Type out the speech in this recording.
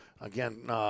again